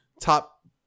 top